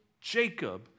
Jacob